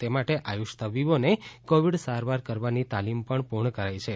તે માટે આયુષ તબિબોને કોવિડ સારવાર કરવાની તાલીમ પણ પૂર્ણ કરાઈ છે